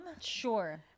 Sure